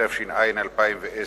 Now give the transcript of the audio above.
התש"ע 2010,